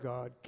God